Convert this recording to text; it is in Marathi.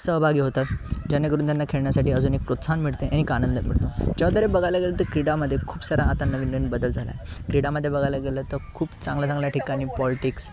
सहभागी होतात जेणेकरून त्यांना खेळण्यासाठी अजून एक प्रोत्साहन मिळते आणि एक आनंद मिळतो जवा तर बघायला गेलं तर क्रीडामध्ये खूप सारा आता नवीन नवीन बदल झाला आहे क्रीडामध्ये बघायला गेलं तर खूप चांगल्या चांगल्या ठिकाणी पॉलटिक्स